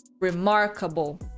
Remarkable